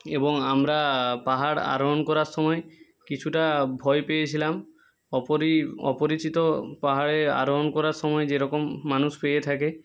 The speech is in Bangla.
এবং আমরা পাহাড় আরোহন করার সময় কিছুটা ভয় পেয়েছিলাম অপরিচিত পাহাড়ে আরোহন করার সময় যেরকম মানুষ পেয়ে থাকে